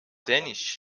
dänisch